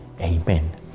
Amen